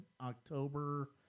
october